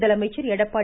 முதலமைச்சர் எடப்பாடி